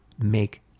make